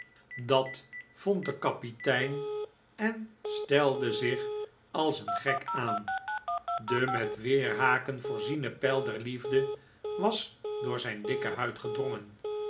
dat vond de kapitein en stelde zich als een gek aan de met weerhaken voorziene pijl der liefde was door zijn dikke huid gedrongen